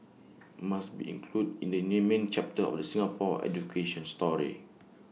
must be included in the name main chapter of the Singapore education story